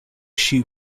shoe